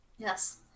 Yes